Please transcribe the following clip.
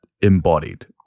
embodied